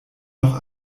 noch